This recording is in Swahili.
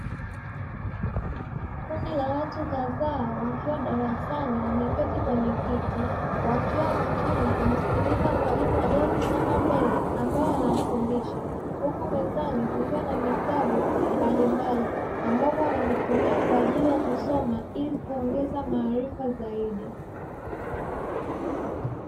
Kundi la watu kadhaa wakiwa darasani wameketi kwenye kiti wakiwa makini kumsikiliza mwalimu aliyesimama mbele ambaye anawafundisha, huku mezani kukiwa na vitabu mbalimbali ambavyo anavitumia kwa ajili ya kusoma ili kuongeza maarifa zaidi.